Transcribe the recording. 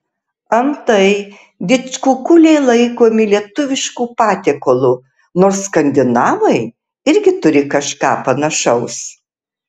antai didžkukuliai laikomi lietuvišku patiekalu nors skandinavai irgi turi kažką panašaus